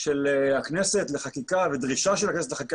של הכנסת לחקיקה ודרישה של הכנסת לחקיקה,